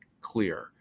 clear